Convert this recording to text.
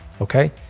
okay